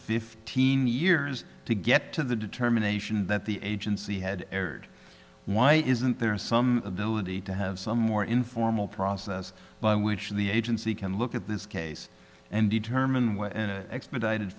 fifteen years to get to the determination that the agency had aired why isn't there some ability to have some more informal process by which the agency can look at this case and determine with an expedited